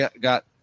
got –